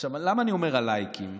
למה אני אומר לייקים?